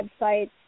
websites